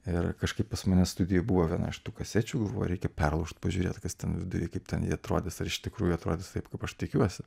ir kažkaip pas mane studijoj buvo viena iš tų kasečių reikia perlaužt pažiūrėt kas ten kaip ten ji atrodys ar iš tikrųjų atrodys taip kaip aš tikiuosi